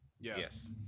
Yes